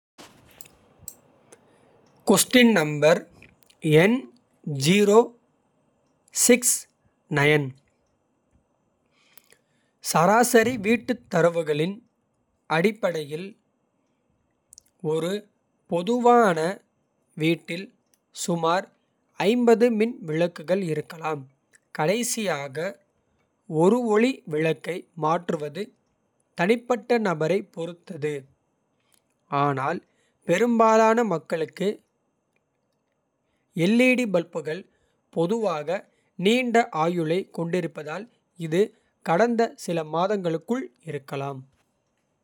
சராசரி வீட்டுத் தரவுகளின் அடிப்படையில். ஒரு பொதுவான வீட்டில் சுமார் 50 மின் விளக்குகள் இருக்கலாம். கடைசியாக ஒரு ஒளி விளக்கை மாற்றுவது தனிப்பட்ட. நபரைப் பொறுத்தது ஆனால் பெரும்பாலான மக்களுக்கு. எல் டி பல்புகள் பொதுவாக நீண்ட ஆயுளைக். கொண்டிருப்பதால் இது கடந்த சில மாதங்களுக்குள் இருக்கலாம்.